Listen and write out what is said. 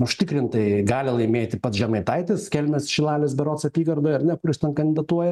užtikrintai gali laimėti pats žemaitaitis kelmės šilalės berods apygardoj ar ne kur jis ten kandidatuoja